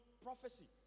prophecy